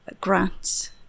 grants